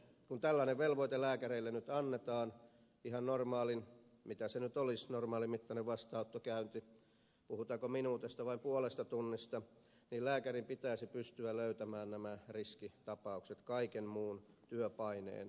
kun tällainen velvoite lääkäreille nyt annetaan ihan normaalikäynnille mitä se nyt olisi normaalimittainen vastaanottokäynti puhutaanko minuuteista vai puolesta tunnista niin lääkärin pitäisi pystyä löytämään nämä riskitapaukset kaiken muun työpaineen ohella